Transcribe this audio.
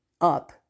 up